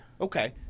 okay